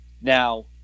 Now